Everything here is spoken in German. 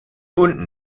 unten